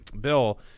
bill